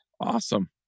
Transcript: Awesome